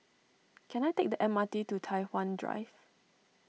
can I take the M R T to Tai Hwan Drive